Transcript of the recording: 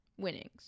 winnings